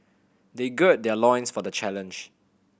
they gird their loins for the challenge